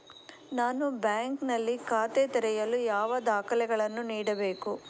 ನಾನು ಬ್ಯಾಂಕ್ ನಲ್ಲಿ ಖಾತೆ ತೆರೆಯಲು ಯಾವ ದಾಖಲೆಗಳನ್ನು ನೀಡಬೇಕು?